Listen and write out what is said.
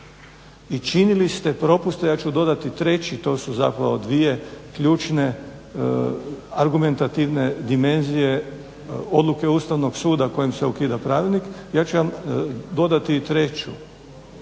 i činili ste propuste, ja ću dodati treći, to su zapravo dvije ključne argumentativne dimenzije, odluke Ustavnog suda kojim se ukida Pravilnik, ja ću vam dodati i treću,